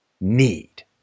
need